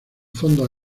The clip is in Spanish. fondos